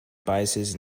biases